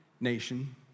nation